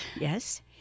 yes